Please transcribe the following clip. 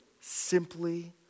simply